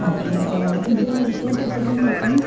okay ഇത് report എപ്പത്തന്നെ കിട്ടും